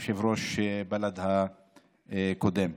יושב-ראש בל"ד הקודם.